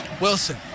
Wilson